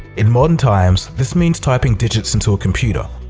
in modern times this means typing digits into a computer.